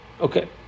Okay